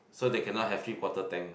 so they cannot have three quarter tank